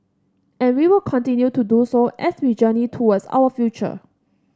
and we will continue to do so as we journey towards our future